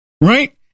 right